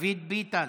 דוד ביטן?